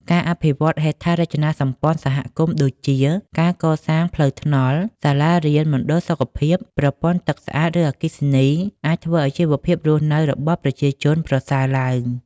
ការអភិវឌ្ឍហេដ្ឋារចនាសម្ព័ន្ធសហគមន៍ដូចជា ការសាងសង់ផ្លូវថ្នល់ សាលារៀន មណ្ឌលសុខភាព ប្រព័ន្ធទឹកស្អាត ឬអគ្គិសនី អាចធ្វើឱ្យជីវភាពរស់នៅរបស់ប្រជាជនប្រសើរឡើង។